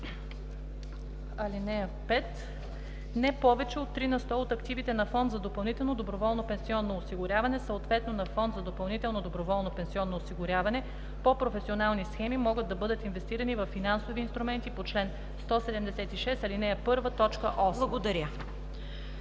„(5) Не повече от 3 на сто от активите на фонд за допълнително доброволно пенсионно осигуряване, съответно на фонд за допълнително доброволно пенсионно осигуряване по професионални схеми, могат да бъдат инвестирани във финансови инструменти по чл. 176, ал. 1, т.